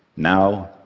now,